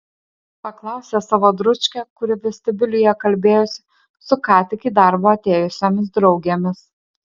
paklausė savo dručkę kuri vestibiulyje kalbėjosi su ką tik į darbą atėjusiomis draugėmis